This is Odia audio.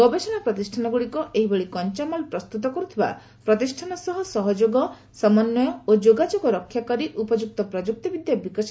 ଗବେଷଣା ପ୍ରତିଷ୍ଠାନଗୁଡ଼ିକ ଏହିଭଳି କଞ୍ଚାମାଲ ପ୍ରସ୍ତୁତ କରୁଥିବା ପ୍ରତିଷ୍ଠାନଗୁଡ଼ିକ ସହ ସହଯୋଗ ସମନ୍ୱୟ ଓ ଯୋଗାଯୋଗ ରକ୍ଷା କରି ଉପଯୁକ୍ତ ପ୍ରଯୁକ୍ତିବିଦ୍ୟା ବିକଶିତ କରିବା ଆବଶ୍ୟକ